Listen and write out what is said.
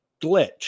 glitch